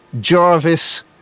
Jarvis